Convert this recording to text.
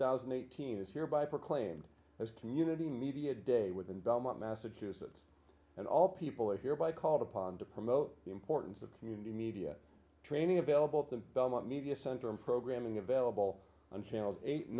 thousand and eighteen is hereby proclaimed as community media day with in belmont massachusetts and all people are hereby called upon to promote the importance of community media training available at the belmont media center and programming available on channels eight